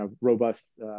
robust